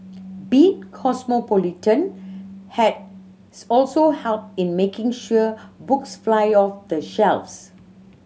being cosmopolitan has also helped in making sure books fly off the shelves